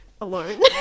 alone